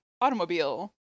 automobile